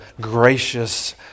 gracious